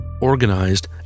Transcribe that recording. organized